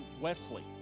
Wesley